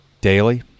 Daily